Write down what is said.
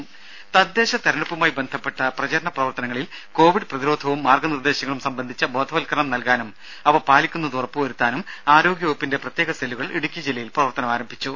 രുര തദ്ദേശ തിരഞ്ഞെടുപ്പുമായി ബന്ധപ്പെട്ട പ്രചരണ പ്രവർത്തനങ്ങളിൽ കോവിഡ് പ്രതിരോധവും മാർഗനിർദേശങ്ങളും സംബന്ധിച്ച ബോധവത്കരണം നൽകാനും അവ പാലിക്കുന്നത് ഉറപ്പുവരുത്താനും ആരോഗ്യവകുപ്പിന്റെ പ്രത്യേക സെല്ലുകൾ ഇടുക്കി ജില്ലയിൽ പ്രവർത്തനമാരംഭിച്ചു